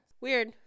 Weird